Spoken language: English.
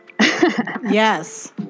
Yes